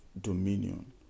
dominion